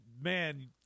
man